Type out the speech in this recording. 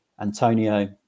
Antonio